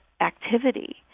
activity